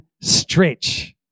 stretch